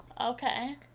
Okay